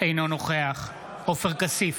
אינו נוכח עופר כסיף,